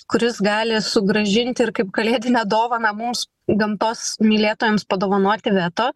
kuris gali sugrąžinti ir kaip kalėdinę dovaną mums gamtos mylėtojams padovanoti veto